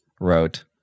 wrote